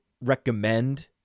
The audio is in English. recommend